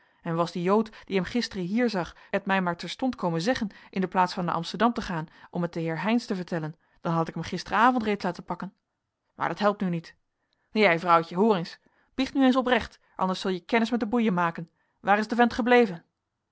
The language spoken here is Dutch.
en was die jood die hem gisteren hier zag het mij maar terstond komen zeggen in de plaats van naar amsterdam te gaan om het den heer heynsz te vertellen dan had ik hem gisteravond reeds laten pakken maar dat helpt nu niet jij vrouwtje hoor eens biecht nu eens oprecht anders zul je kennis met de boeien maken waar is de vent gebleven